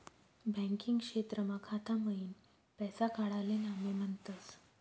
banking क्षेत्रमा खाता मईन पैसा काडाले नामे म्हनतस